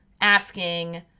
asking